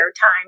time